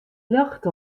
ljocht